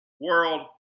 World